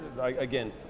again